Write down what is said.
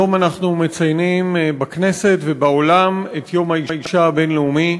היום אנחנו מציינים בכנסת ובעולם את יום האישה הבין-לאומי.